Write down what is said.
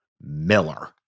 Miller